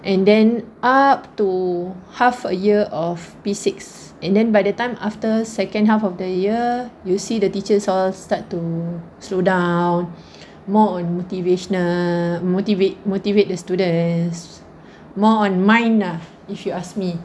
and then up to half a year of P six and then by the time after second half of the year you see the teachers all start to slow down more on motivational motivate motivate the student is more on mind ah if you ask me